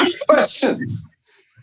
Questions